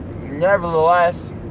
Nevertheless